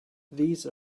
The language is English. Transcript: these